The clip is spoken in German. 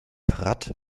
pratt